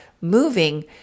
moving